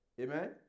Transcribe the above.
Amen